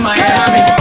Miami